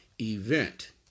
event